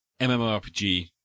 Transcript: MMORPG